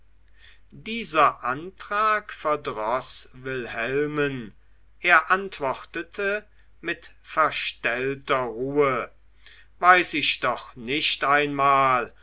dieser antrag verdroß wilhelmen er antwortete mit verstellter ruhe weiß ich doch nicht einmal